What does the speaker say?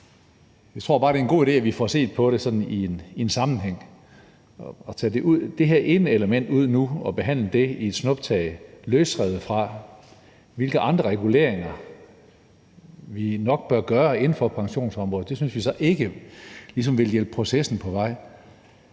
Vi tror bare, det er en god idé, at vi får set på det sådan i en sammenhæng. Altså, at tage det her ene element ud nu og behandle det i et snuptag, løsrevet fra, hvilke andre reguleringer vi nok burde gøre inden for pensionsområdet, synes vi ikke ligesom vil hjælpe processen på vej.